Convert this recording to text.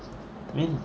hmm